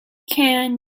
can